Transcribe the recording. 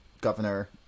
governor